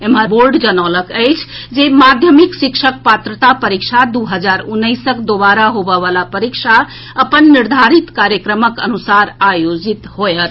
एम्हर बोर्ड जनौलक अछि जे माध्यमिक शिक्षक पात्रता परीक्षा द् हजार उन्नैसक दोबारा होबय वला परीक्षा अपन निर्धारित कार्यक्रमक अनुसार आयोजित होएत